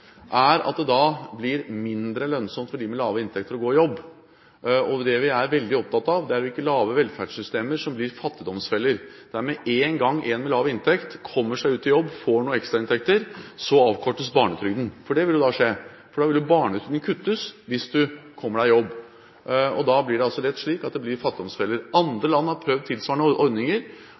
da blir mindre lønnsomt for dem med lave inntekter å gå ut i jobb. Det vi er veldig opptatt av, er å ikke lage velferdssystemer som blir fattigdomsfeller – der barnetrygden avkortes med én gang en med lav inntekt kommer seg ut i jobb og får noen ekstrainntekter. For det ville jo da skje. Da ville barnetrygden kuttes hvis du kommer deg ut i jobb, og da blir det lett slik at det blir fattigdomsfeller. Andre land som har prøvd tilsvarende ordninger,